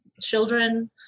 children